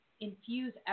infuse